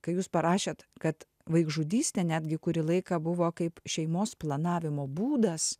kai jūs parašėt kad vaikžudystė netgi kurį laiką buvo kaip šeimos planavimo būdas